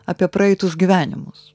apie praeitus gyvenimus